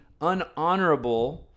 unhonorable